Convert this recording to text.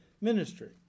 ministry